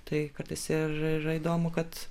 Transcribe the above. tai kartais ir yra įdomu kad